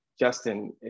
Justin